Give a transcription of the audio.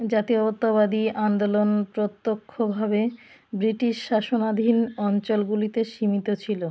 জাতীয়তাবাদী আন্দোলন প্রত্যক্ষভাবে ব্রিটিশ শাসনাধীন অঞ্চলগুলিতে সীমিত ছিলো